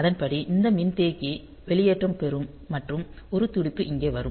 அதன்படி இந்த மின்தேக்கி வெளியேற்றம் பெறும் மற்றும் ஒரு துடிப்பு இங்கே வரும்